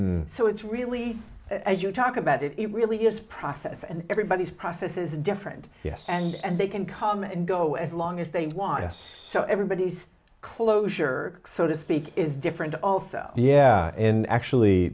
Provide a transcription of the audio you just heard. and so it's really as you talk about it it really is process and everybody's process is different yes and they can come and go as long as they want to so everybody's closure so to speak is different also yeah and actually